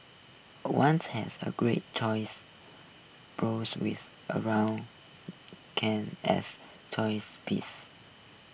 one has a great choice board with around cans as choice pieces